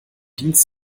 dienst